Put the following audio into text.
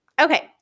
Okay